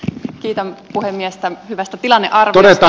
kiitän puhemiestä hyvästä tilannearviosta